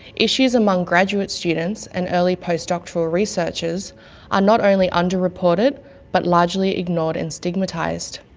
issues among graduate students and early post-doctoral researchers are not only under-reported but largely ignored and stigmatised.